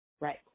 Right